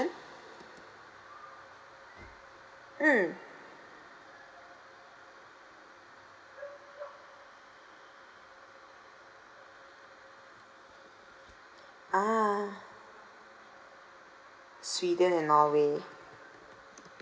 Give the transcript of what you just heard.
mm ah sweden and norway